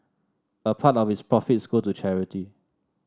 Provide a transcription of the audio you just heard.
a part of its profits go to charity